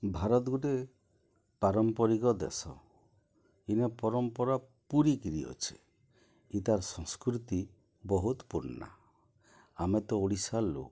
ଭାରତ୍ ଗୋଟେ ପାରମ୍ପରିକ ଦେଶ ଇନେ ପରମ୍ପରା ପୁରିକିରି ଅଛେ ଇତାର୍ ସଂସ୍କୃତି ବହୁତ୍ ପୁର୍ନା ଆମେ ତ ଓଡ଼ିଶାର୍ ଲୋକ୍